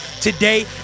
today